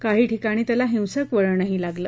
काही ठिकाणी त्याला हिंसक वळण लागलं